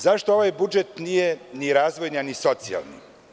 Zašto ovaj budžet nije ni razvojni i socijalni.